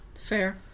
Fair